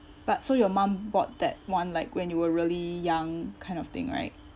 but so your mum bought that one like when you were really young kind of thing right